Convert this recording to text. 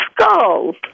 skulls